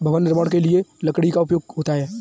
भवन निर्माण के लिए लकड़ी का उपयोग होता है